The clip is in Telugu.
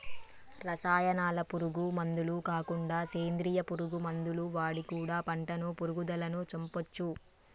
రసాయనాల పురుగు మందులు కాకుండా సేంద్రియ పురుగు మందులు వాడి కూడా పంటను పురుగులను చంపొచ్చు